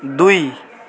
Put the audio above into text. दुई